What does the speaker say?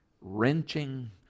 wrenching